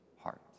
heart